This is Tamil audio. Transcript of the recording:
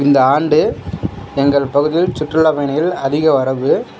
இந்த ஆண்டு எங்கள் பகுதியில் சுற்றுலா பயணிகள் அதிக வரவு